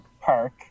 park